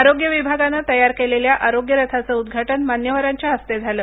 आरोग्य विभागानं तयार केलेल्या आरोग्य रथाचं उद्घाटन मान्यवरांच्या हस्ते झालं